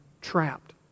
trapped